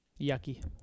Yucky